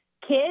kids